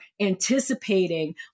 anticipating